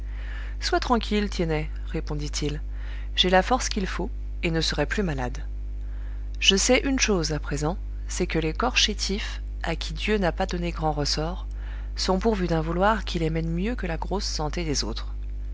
sois tranquille tiennet répondit-il j'ai la force qu'il faut et ne serai plus malade je sais une chose à présent c'est que les corps chétifs à qui dieu n'a pas donné grands ressorts sont pourvus d'un vouloir qui les mène mieux que la grosse santé des autres